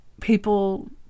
people